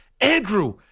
Andrew